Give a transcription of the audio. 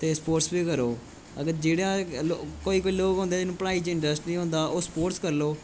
ते स्पोर्टस बी करो मतलब जेह्ड़ा कोई कोई लोक गी पढ़ाई च इंटरस्ट नीं होंदा ओह् स्पोर्टस करलो